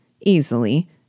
easily